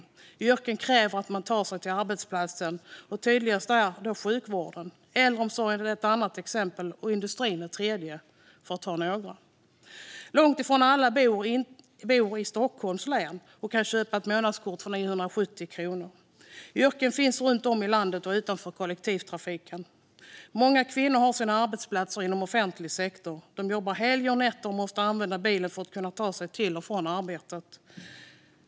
Vissa yrken kräver att man tar sig till arbetsplatsen. Det tydligaste exemplet är sjukvården. Äldreomsorgen är ett annat exempel och industrin ett tredje, bara för att ta några. Långt ifrån alla bor i Stockholms län och kan köpa ett månadskort för 970 kronor. Det finns runt om i landet arbetsplatser som inte nås av kollektivtrafiken. Många kvinnor har sina arbetsplatser inom offentlig sektor. De jobbar helger och nätter och måste använda bilen för att kunna ta sig till och från arbetet.